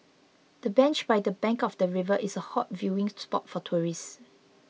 the bench by the bank of the river is a hot viewing spot for tourists